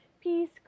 peace